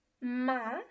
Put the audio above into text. ma